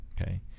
Okay